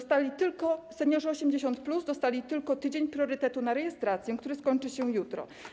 Seniorzy 80+ dostali tylko tydzień priorytetu na rejestrację, który skończy się jutro.